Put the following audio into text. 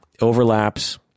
overlaps